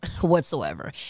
whatsoever